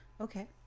Okay